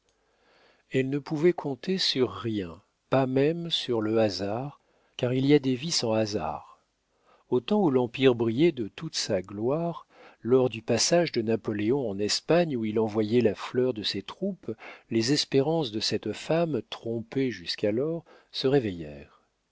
elle ne pouvait compter sur rien pas même sur le hasard car il y a des vies sans hasard au temps où l'empire brillait de toute sa gloire lors du passage de napoléon en espagne où il envoyait la fleur de ses troupes les espérances de cette femme trompées jusqu'alors se réveillèrent